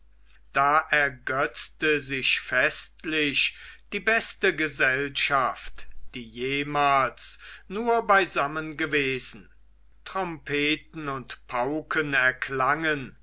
da ergötzte sich festlich die beste gesellschaft die jemals nur beisammen gewesen trompeten und pauken erklangen